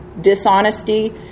dishonesty